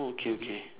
okay okay